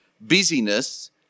busyness